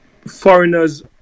foreigners